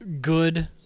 good